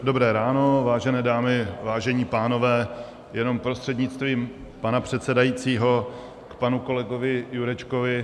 Dobré ráno, vážené dámy, vážení pánové, jenom prostřednictvím pana předsedajícího k panu kolegovi Jurečkovi.